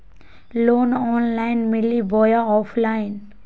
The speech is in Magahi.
लोन ऑनलाइन मिली बोया ऑफलाइन?